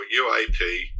UAP